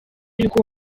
y’uko